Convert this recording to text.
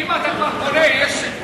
אתה אדם הגון, אם אתה כבר קורא, יש עוד,